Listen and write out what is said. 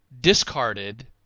discarded